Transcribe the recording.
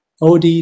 OD